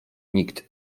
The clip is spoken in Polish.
nikt